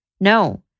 No